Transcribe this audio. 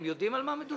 הם יודעים על מה מדובר.